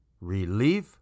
Relief